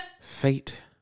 Fate